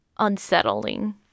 unsettling